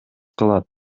кылат